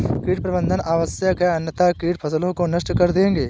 कीट प्रबंधन आवश्यक है अन्यथा कीट फसलों को नष्ट कर देंगे